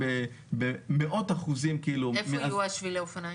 במאות אחוזים --- איפה יהיו שבילי האופניים?